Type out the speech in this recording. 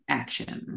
action